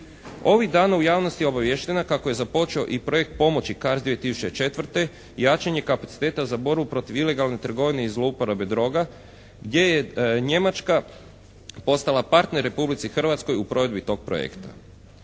Ovih dana javnost je obaviještena kako je započeo i projekt pomoći …/Govornik se ne razumije./… 2004. jačanje kapaciteta za borbu protiv ilegalne trgovine i zlouporabe droga gdje je Njemačka postala partner Republici Hrvatskoj u provedbi tog projekta.